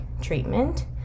treatment